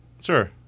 sure